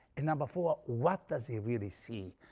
and number four, what does he really see?